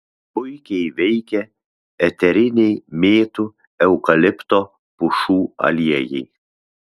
puikiai veikia eteriniai mėtų eukalipto pušų aliejai